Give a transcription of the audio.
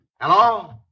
Hello